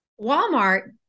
Walmart